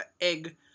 egg